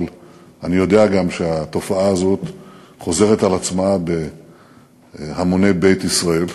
אבל אני גם יודע שהתופעה הזאת חוזרת על עצמה בהמוני בית ישראל.